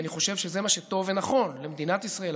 אלא כי אני חושב שזה מה שטוב ונכון למדינת ישראל,